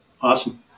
Awesome